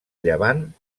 llevant